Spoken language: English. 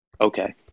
Okay